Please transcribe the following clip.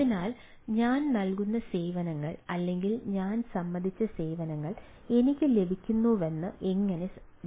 അതിനാൽ ഞാൻ നൽകുന്ന സേവനങ്ങൾ അല്ലെങ്കിൽ ഞാൻ സമ്മതിച്ച സേവനങ്ങൾ എനിക്ക് ലഭിക്കുന്നുവെന്ന് എങ്ങനെ ബന്ധിപ്പിക്കും